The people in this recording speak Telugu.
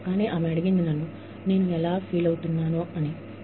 కానీ ఆమె నేను ఎలా ఉన్ననో అని ఆమె నన్ను అడిగింది